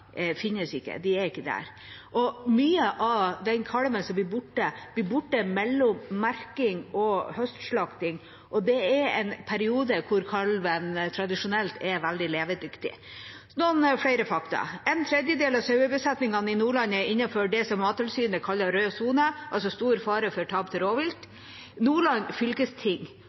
ikke finnes, de er ikke der. Mange av de kalvene som blir borte, blir borte mellom merking og høstslakting, og det er en periode da kalvene tradisjonelt er veldig levedyktige. Noen flere fakta: En tredjedel av sauebesetningene i Nordland er innenfor det som Mattilsynet kaller rød sone, altså stor fare for tap til rovvilt. Nordland fylkesting